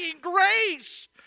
grace